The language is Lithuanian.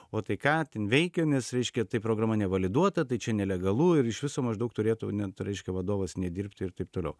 o tai ką ten veikia nes reiškia tai programa nevaliduota tai čia nelegalu ir iš viso maždaug turėtų net reiškia vadovas nedirbti ir taip toliau